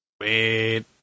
Wait